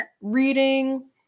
reading